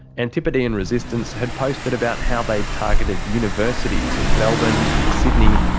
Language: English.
antipodean resistance had posted about how they'd targeted universities in melbourne and sydney,